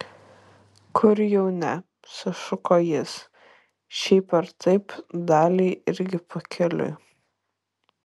kur jau ne sušuko jis šiaip ar taip daliai irgi pakeliui